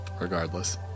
regardless